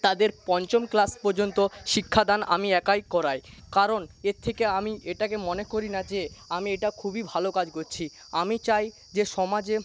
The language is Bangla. তাদের পঞ্চম ক্লাস পর্যন্ত শিক্ষাদান আমি একাই করাই কারণ এর থেকে আমি এটাকে মনে করি না যে আমি এটা খুবই ভালো কাজ করছি আমি চাই যে সমাজে